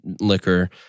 liquor